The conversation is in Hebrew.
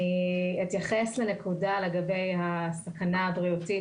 אני אתייחס לנקודה לגבי הסכנה הבריאותית